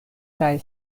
kaj